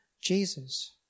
Jesus